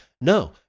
No